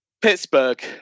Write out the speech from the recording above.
pittsburgh